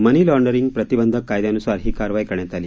मनी laundering प्रतिबंधक कायद्यानुसार ही कारवाई करण्यात आली